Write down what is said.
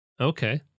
okay